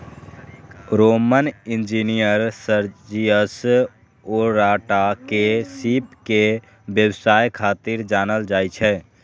Roman engineer Sergius Orata के सीप के व्यवसाय खातिर जानल जाइ छै